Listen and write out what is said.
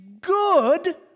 good